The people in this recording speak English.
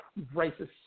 racist